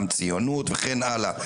ציונות וכן הלאה.